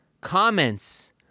comments